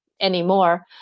anymore